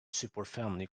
superfamily